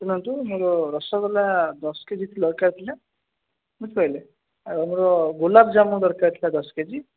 ଶୁଣନ୍ତୁ ମୋର ରସଗୋଲା ଦଶ କେ ଜି ଦରକାର ଥିଲା ବୁଝିପାରିଲେ ଆଉ ଆମର ଗୋଲାପଯାମୁନ ଦରକାର ଥିଲା ଦଶ କେ ଜି